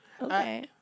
Okay